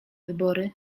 wybory